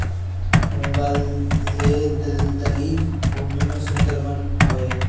बंगाल ले दलदली भूमि में सुंदर वन हवे